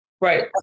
Right